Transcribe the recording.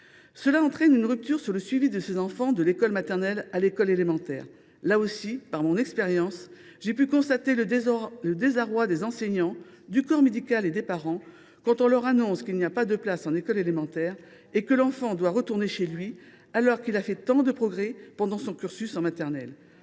Cela entraîne une rupture dans le suivi de ces enfants entre l’école maternelle et l’école élémentaire. Là aussi, par mon expérience, j’ai pu constater le désarroi des enseignants, du corps médical et des parents quand on leur annonce qu’il n’y a pas de place pour cet enfant en école élémentaire et qu’il doit retourner chez lui alors qu’il a fait tant de progrès pendant son cursus en maternelle.